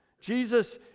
jesus